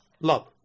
love